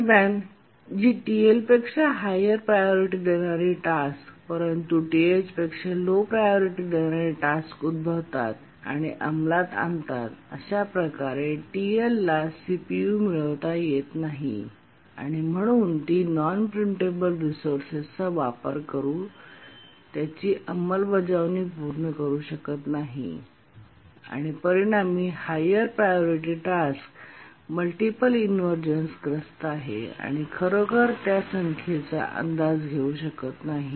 दरम्यान जी TLपेक्षा हायर प्रायोरिटी देणारी परंतु THपेक्षा लो प्रायोरिटी देणारी टास्क उद्भवतात आणि अंमलात आणतात आणि अशा प्रकारे TLला सीपीयू मिळवता येत नाही आणि म्हणून ती नॉनप्रिम्पटेबल रिसोर्सेसचा वापर करून त्याची अंमलबजावणी पूर्ण करू शकत नाही आणि परिणामी हायर प्रायोरिटी टास्क मल्टिपलइनव्हर्जनस ग्रस्त आहे आणि खरोखर त्या संख्येचा अंदाज येऊ शकत नाही